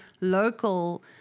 local